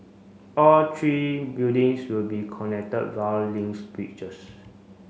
all three buildings will be connected via links bridges